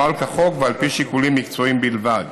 שנוהל כחוק ועל פי שיקולים מקצועיים בלבד.